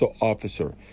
officer